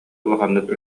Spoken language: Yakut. улаханнык